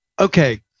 Okay